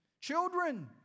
Children